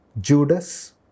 Judas